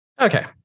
okay